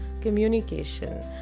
communication